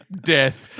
death